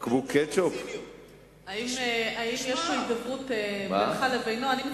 תשמע, האם יש הידברות בינך לבינו?